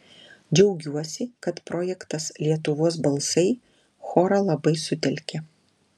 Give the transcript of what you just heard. džiaugiuosi kad projektas lietuvos balsai chorą labai sutelkė